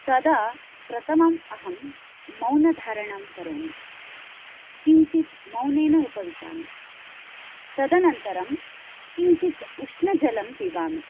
तदा प्रथमम् अहं मौनधारणं करोमि किञ्चित् मौनेन उपविशामि तदनन्तरं किञ्चित् उष्णजलं पिबामि